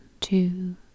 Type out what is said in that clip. two